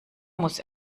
muss